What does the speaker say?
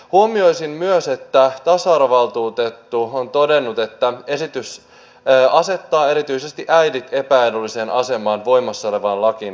huomioisin myös että tasa arvovaltuutettu on todennut että esitys asettaa erityisesti äidit epäedulliseen asemaan voimassa olevaan lakiin verrattuna